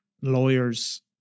lawyers